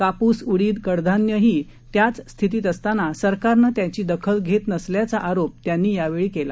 कापूस उडीद कडधान्य ही त्याच स्थितीत असताना सरकारनं त्याची दखल घेत नसल्याचा आरोप त्यांनी यावेळी केला